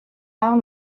rare